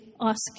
ask